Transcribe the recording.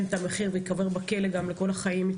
את המחיר ומצדי שייקבר בכלא לכל החיים.